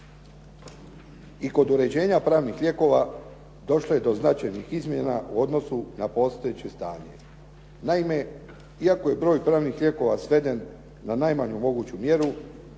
I kod uređenja pravnih lijekova došlo je do značajnih izmjena u odnosu na postojeće stanje. Naime, iako je broj pravnih lijekova sveden na najmanju moguću mjeru,